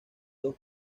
dos